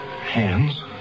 hands